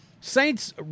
Saints